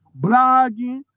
blogging